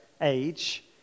age